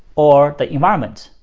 or the environment,